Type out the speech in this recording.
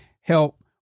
help